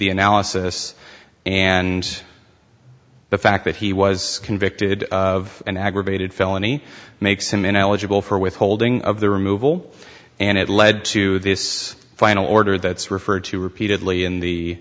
the analysis and the fact that he was convicted of an aggravated felony makes him ineligible for withholding of the removal and it led to this final order that's referred to repeatedly in the